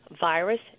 virus